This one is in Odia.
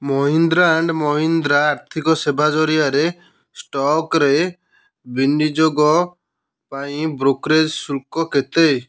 ମହିନ୍ଦ୍ରା ଆଣ୍ଡ୍ ମହିନ୍ଦ୍ରା ଆର୍ଥିକ ସେବା ଜରିଆରେ ଷ୍ଟକରେ ବିନିଯୋଗ ପାଇଁ ବ୍ରୋକରେଜ୍ ଶୁଳ୍କ କେତେ